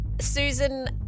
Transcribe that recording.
Susan